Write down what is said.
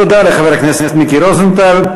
תודה לחבר הכנסת מיקי רוזנטל.